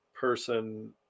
person